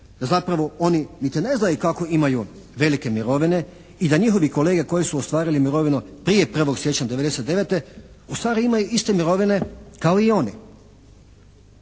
zapravo oni niti ne znaju kako imaju velike mirovine i da njihovi kolege koji su ostvarili mirovinu prije 1. siječnja '99. u stvari imaju iste mirovine kao i oni.